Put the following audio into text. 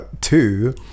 Two